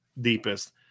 deepest